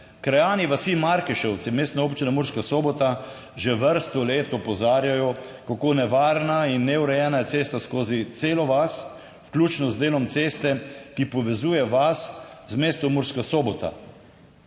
Krajani vasi Markešovci Mestne občine Murska Sobota že vrsto let opozarjajo, kako nevarna in neurejena je cesta skozi celo vas, vključno z delom ceste, ki povezuje vas z mestom Murska Sobota.